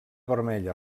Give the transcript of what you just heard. vermella